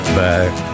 back